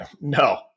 No